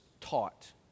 taught